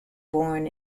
born